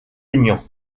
aignan